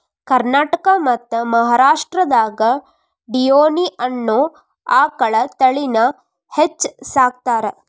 ಕರ್ನಾಟಕ ಮತ್ತ್ ಮಹಾರಾಷ್ಟ್ರದಾಗ ಡಿಯೋನಿ ಅನ್ನೋ ಆಕಳ ತಳಿನ ಹೆಚ್ಚ್ ಸಾಕತಾರ